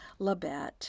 Labette